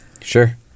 Sure